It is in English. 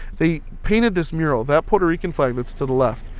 they painted this mural that puerto rican flag that's to the left,